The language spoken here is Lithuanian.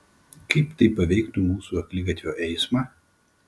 kaip tai paveiktų mūsų akligatvio eismą